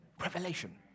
revelation